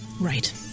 Right